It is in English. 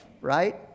right